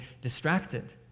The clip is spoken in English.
distracted